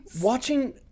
Watching